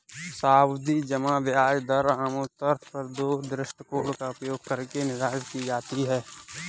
सावधि जमा ब्याज दरें आमतौर पर दो दृष्टिकोणों का उपयोग करके निर्धारित की जाती है